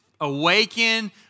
Awaken